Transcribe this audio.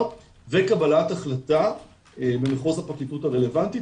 וקבלת החלטה במחוז הפרקליטות הרלוונטית,